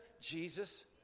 Jesus